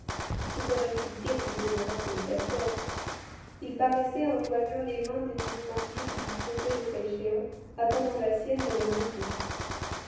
ce serait une pitié s'il demeurait célibataire il paraissait en joignant les mains des nouveaux mariés tout disposé le cas échéant à tendre la sienne dans le même but